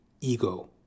ego